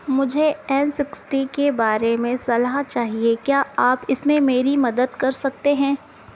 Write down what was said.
मुझे N sixty के बारे में सलाह चाहिए क्या आप इसमें मेरी मदद कर सकते हैं